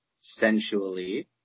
sensually